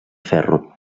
ferro